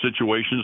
situations